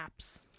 apps